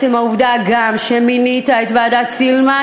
גם בעצם העובדה שמינית את ועדת סילמן.